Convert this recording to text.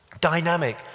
Dynamic